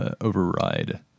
override